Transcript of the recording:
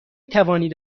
توانید